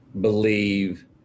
believe